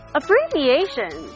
abbreviation